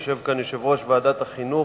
יושב כאן יושב-ראש ועדת החינוך,